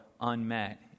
unmet